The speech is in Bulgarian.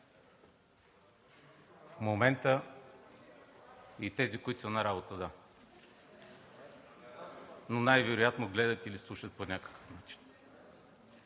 от ГЕРБ), и тези, които са на работа, да, но най-вероятно гледат или слушат по някакъв начин!